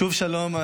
שוב שלום,